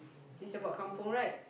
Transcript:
it's about kampung right